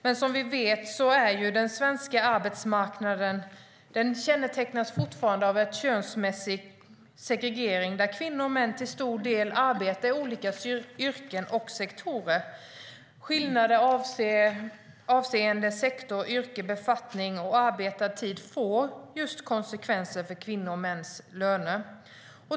Men som vi vet kännetecknas den svenska arbetsmarknaden fortfarande av en könsmässig segregering där kvinnor och män till stor del arbetar i olika yrken och sektorer. Skillnader avseende sektor, yrke, befattning och arbetad tid får konsekvenser för kvinnors och mäns löner.